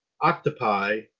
octopi